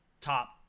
top